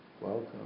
welcome